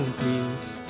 peace